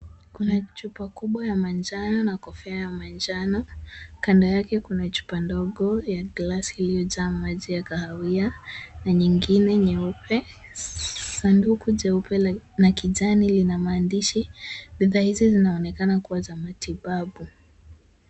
kuna chupa kubwa ya manjano na kofia ya manjano. Kando yake kuna chupa ndogo ya glasi iliyojaa maji ya kahawia na nyingine nyeupe. Sanduku jeupe na kijani lina maandishi. Bidhaa hizi zinaonekana kuwa za matibabu.